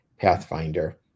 pathfinder